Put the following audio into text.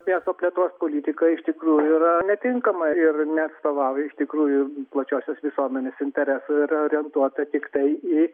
miesto plėtros politika iš tikrųjų yra netinkama ir neatstovauja iš tikrųjų plačiosios visuomenės interesų ir orientuota tiktai į